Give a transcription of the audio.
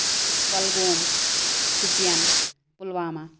Kulgam Shopian Pulwama